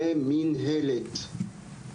ומנהלת,